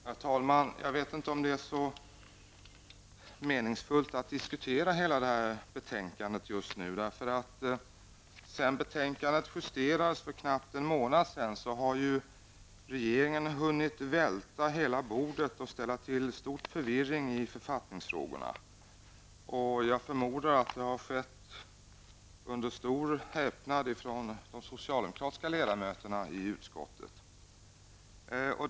Herr talman! Jag vet inte om det är så meningsfullt att diskutera hela detta betänkande just nu. Sedan betänkandet justerades för knappt en månad sedan har regeringen nämligen hunnit välta hela bordet och ställa till stor förvirring när det gäller författningsfrågorna. Jag förmodar att det har skett under stor häpnad från de socialdemokratiska ledamöterna i utskottet.